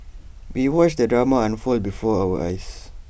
we watched the drama unfold before our eyes